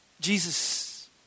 Jesus